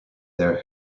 their